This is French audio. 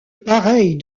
pareille